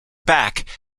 back